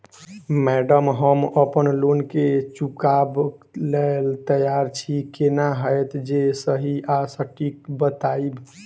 Madam हम अप्पन loan केँ चुकाबऽ लैल तैयार छी केना हएत जे सही आ सटिक बताइब?